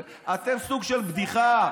אתם סוג של בדיחה.